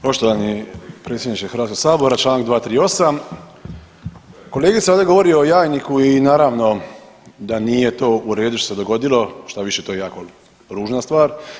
Poštovani predsjedniče Hrvatskog sabora, Članak 238., kolegica ovdje govori o jajniku i naravno da nije to u redu što se dogodilo, štaviše to je jako ružna stvar.